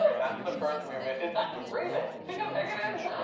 and that's the first movement. and that's it breathing! see how big it is?